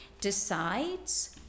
decides